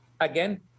Again